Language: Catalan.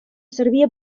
servia